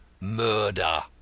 Murder